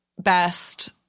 Best